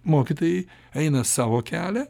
mokytojai eina savo kelią